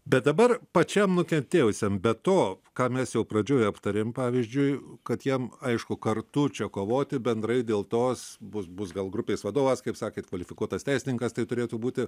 bet dabar pačiam nukentėjusiam be to ką mes jau pradžioj aptarėm pavyzdžiui kad jam aišku kartu čia kovoti bendrai dėl tos bus bus gal grupės vadovas kaip sakėt kvalifikuotas teisininkas tai turėtų būti